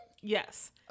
Yes